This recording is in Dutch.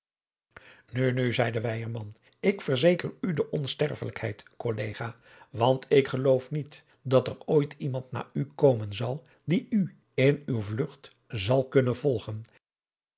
nu nu zeî weyerman ik verzeker u de onsterfelijkheid collega want ik geloof niet dat er ooit iemand na u komen zal die u in uwe vlugt zal kunnen volgen